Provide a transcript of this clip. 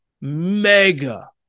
mega